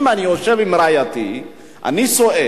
אם אני יושב עם רעייתי, אני סועד,